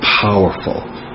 powerful